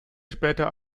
später